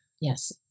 yes